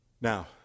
Now